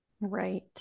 Right